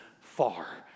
far